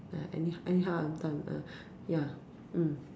uh any anyhow hantam uh ya mm